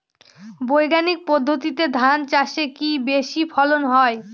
বৈজ্ঞানিক পদ্ধতিতে ধান চাষে কি বেশী ফলন হয়?